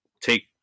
take